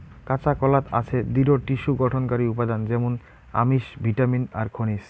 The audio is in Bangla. কাঁচাকলাত আছে দৃঢ টিস্যু গঠনকারী উপাদান য্যামুন আমিষ, ভিটামিন আর খনিজ